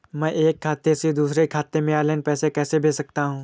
मैं एक खाते से दूसरे खाते में ऑनलाइन पैसे कैसे भेज सकता हूँ?